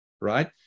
right